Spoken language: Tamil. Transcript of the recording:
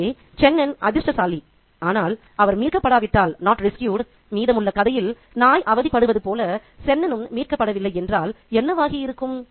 எனவே சென்னன் அதிர்ஷ்டசாலி ஆனால் அவர் மீட்கப்படாவிட்டால் மீதமுள்ள கதையில் நாய் அவதிப்படுவது போல சென்னனும்மீட்கப்படவில்லை என்றால் என்னவாகியிருக்கும்